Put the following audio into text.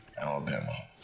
Alabama